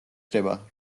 ხდება